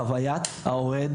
חווית האוהד,